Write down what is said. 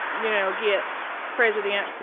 you know, get president yeah,